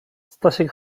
stasiek